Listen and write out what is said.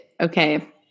Okay